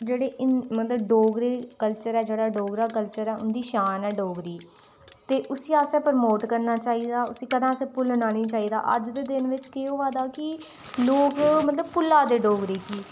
जेह्ड़े इन मतलब डोगरे कल्चर ऐ जेह्ड़ा डोगरा कल्चर ऐ उंदी शान ऐ डोगरी ते उसी असें प्रमोट करना चाहिदा उसी कदें असें भुल्लना निं चाहिदा अज्ज दे दिन बिच्च केह् होआ दा कि लोक मतलब भुल्लै दे डोगरी गी